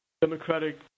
democratic